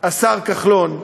השר כחלון,